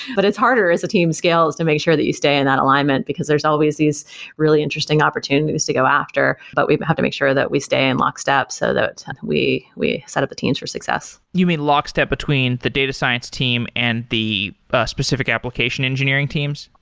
but it's harder as a team scales to make sure that you stay in that alignment, because there's always these really interesting opportunities to go after, but we have to make sure that we stay in lockstep so that we we set up the teams for success you mean lockstep between the data science team and the specific application engineering teams?